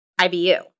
IBU